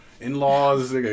in-laws